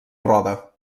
roda